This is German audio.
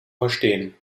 verstehen